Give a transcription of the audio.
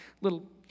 little